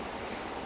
mm